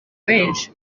benshi